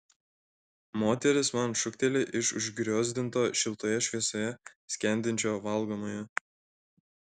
moteris man šūkteli iš užgriozdinto šiltoje šviesoje skendinčio valgomojo